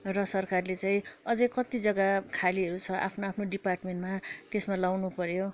र सरकारले चाहिँ अझै कत्ति जग्गा खालीहरू छ आफ्नो आफ्नो डिपार्टमेन्टमा त्यसमा लाउनुपऱ्यो